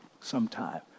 sometime